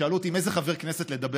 שאלו אותי עם איזה חבר כנסת לדבר,